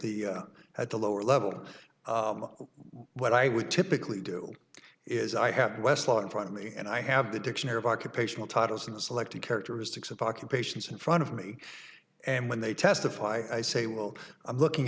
the at the lower level what i would typically do is i have west law in front of me and i have the dictionary of occupational titles in the selected characteristics of occupations in front of me and when they testify i say well i'm looking